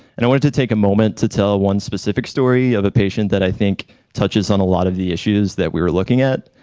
and i wanted to take a moment to tell one specific story of a patient that i think touches on a lot of the issues that we were looking at.